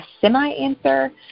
semi-answer